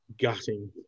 gutting